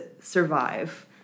survive